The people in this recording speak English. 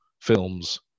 films